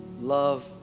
love